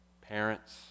Parents